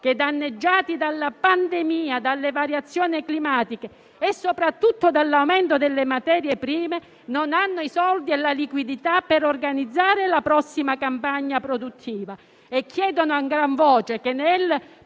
danneggiati dalla pandemia, dalle variazioni climatiche e soprattutto dall'aumento delle materie prime, non hanno i soldi e la liquidità per organizzare la prossima campagna produttiva e chiedono a gran voce che nel